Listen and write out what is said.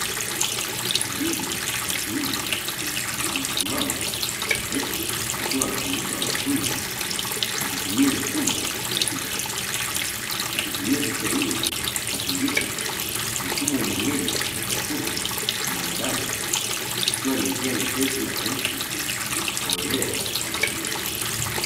Mwalimu wa kiume amesimama huku akiwa anafundisha wanafunzi kwa kutumia mfumo ya picha, akitumia picha hiyo kufundisha mfumo wa mmeng'enyo wa chakula kwa mwanadamu ikiwa ni njia nyepesi na rahisi kwa kuelewa mwanafunzi.